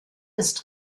ist